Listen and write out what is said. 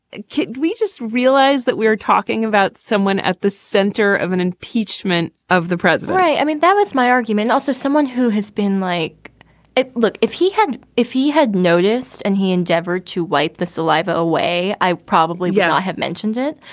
we just realized that we were talking about someone at the center of an impeachment of the president right. i mean, that was my argument. also, someone who has been like it. look, if he had if he had noticed and he endeavoured to wipe the saliva away, i probably yeah, i have mentioned it.